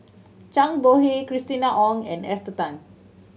Zhang Bohe Christina Ong and Esther Tan